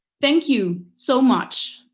thank you so much.